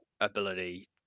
ability